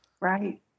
Right